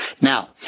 Now